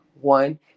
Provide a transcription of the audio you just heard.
One